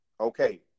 okay